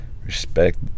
respect